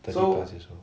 thirty plus years old